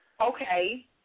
Okay